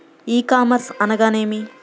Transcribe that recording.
E commerce అనగానేమి?